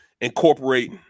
incorporate